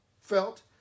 felt